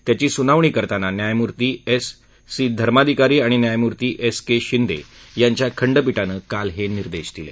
त्याची सुनावणी करताना न्यायमूर्वी एस सी धर्माधिकारी आणि न्यायमूर्ती एस के शिंदे यांच्या खंडपीठानं काल हे निर्देश दिले